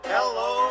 Hello